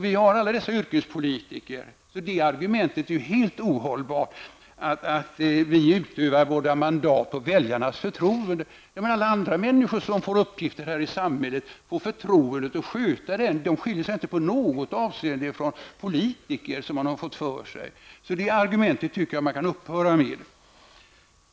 Vi har alltså en mängd yrkespolitiker, och jag tycker därför att konstitutionsutskottets argumentering att vi utövar våra mandat på grund av väljarnas förtroende är helt ohållbart. Men alla andra människor här i samhället som får en uppgift har fått någon eller någras förtroende att fullgöra dessa uppgifter. De skiljer sig alltså inte i något avseende från politiker. Det argumentet tycker jag därför att utskottet borde upphöra med.